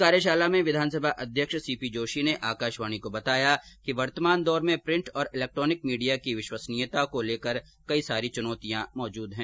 इस कार्यशाला में विधानसभा अध्यक्ष सीपीजोशी ने आकाशवाणी को बताया कि वर्तमान दौर में प्रिंट और इलेक्ट्रॉनिक मीडिया की विश्वसनीयता को लेकर कई सारी चुनौतियां हैं